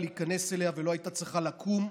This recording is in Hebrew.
להיכנס אליה ולא הייתה צריכה לקום.